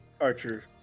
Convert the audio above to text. Archer